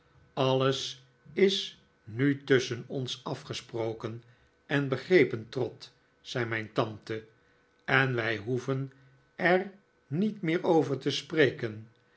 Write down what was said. alles is nu tusschen ons afgesproken en begrepen trot zei mijn tante en wij hoeven er niet meer over te spreken